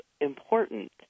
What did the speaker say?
important